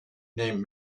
named